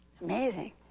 amazing